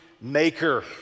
maker